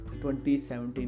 2017